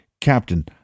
Captain